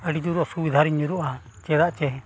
ᱟᱹᱰᱤ ᱡᱳᱨ ᱚᱥᱩᱵᱤᱫᱷᱟᱨᱮᱧ ᱧᱩᱨᱩᱜᱼᱟ ᱪᱮᱫᱟᱜ ᱪᱮ